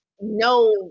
no